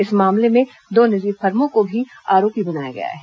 इस मामले में दो निजी फर्मों को भी आरोपी बनाया गया है